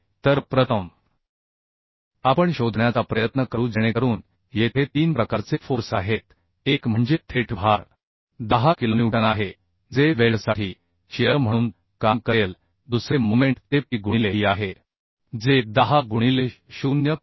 तर प्रथम आपण शोधण्याचा प्रयत्न करू जेणेकरून येथे तीन प्रकारचे फोर्स आहेत एक म्हणजे थेट भार 10 किलोन्यूटन आहे जे वेल्डसाठी शिअर म्हणून काम करेल दुसरे मोमेंट ते P गुणिले e आहे जे 10 गुणिले 0